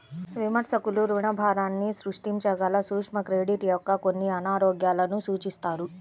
విమర్శకులు రుణభారాన్ని సృష్టించగల సూక్ష్మ క్రెడిట్ యొక్క కొన్ని అనారోగ్యాలను సూచిస్తారు